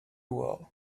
well